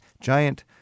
giant